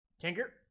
Tinker